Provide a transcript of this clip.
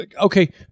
okay